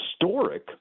historic